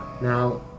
Now